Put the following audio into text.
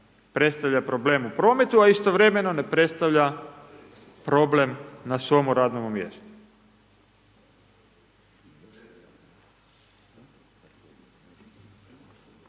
predstavlja problem u prometu, a istovremenu ne predstavlja problem na svome radnome mjestu.